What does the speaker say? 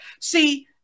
See